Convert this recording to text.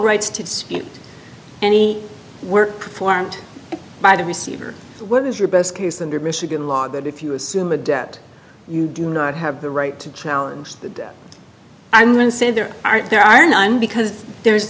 rights to dispute any work performed by the receiver what is your best case and michigan law that if you assume a debt you do not have the right to challenge the i'm going to say there aren't there are nine because there's